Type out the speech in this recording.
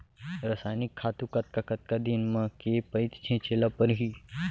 रसायनिक खातू कतका कतका दिन म, के पइत छिंचे ल परहि?